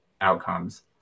outcomes